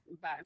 Bye